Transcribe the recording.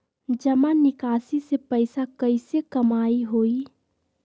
जमा निकासी से पैसा कईसे कमाई होई?